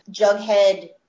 Jughead